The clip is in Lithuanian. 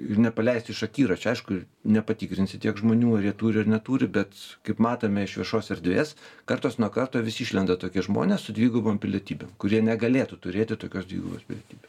ir nepaleist iš akiračio aišku nepatikrinsi tiek žmonių ar jie turi ar neturi bet kaip matome iš viešos erdvės kartas nuo karto vis išlenda tokie žmonės su dvigubom pilietybėm kurie negalėtų turėti tokios dvigubos pilietybė